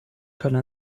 können